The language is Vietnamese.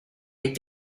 cái